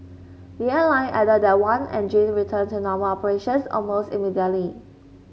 the airline added that one engine returned to normal operations almost immediately